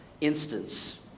instance